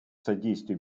содействии